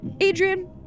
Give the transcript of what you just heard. Adrian